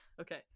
Okay